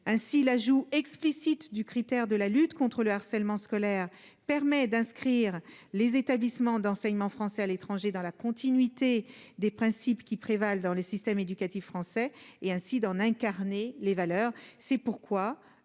ainsi l'ajout explicite du critère de la lutte contre le harcèlement scolaire permet d'inscrire les établissements d'enseignement français à l'étranger, dans la continuité des principes qui prévalent dans le système éducatif français et ainsi d'en incarner les valeurs c'est pourquoi